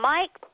Mike